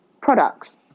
products